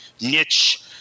niche